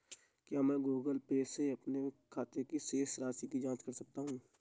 क्या मैं Google Pay से अपने खाते की शेष राशि की जाँच कर सकता हूँ?